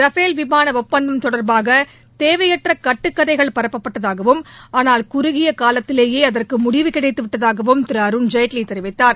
Rafale விமான ஒப்பந்தம் தொடர்பாக தேவையற்ற கட்டுகதைகள் பரப்பப்பட்டதாகவும் ஆகால் குறுகிய காலத்திலேயே அதற்கு முடிவு கிடைத்துவிட்டதாகவும் திரு அருண்ஜெட்லி தெரிவித்தார்